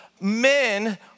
men